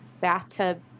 bathtub